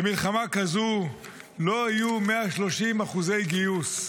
למלחמה כזו לא יהיו 130% גיוס.